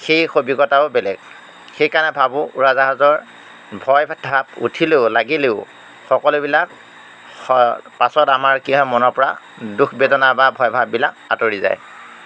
সেই অভিজ্ঞতাও বেলেগ সেইকাৰণে ভাবোঁ উৰাজাহাজৰ ভয়ভাৱ উঠিলেও লাগিলেও সকলোবিলাক পাছত আমাৰ কি হয় মনৰ পৰা দুখ বেদনা বা ভয়ভাৱবিলাক আঁতৰি যায়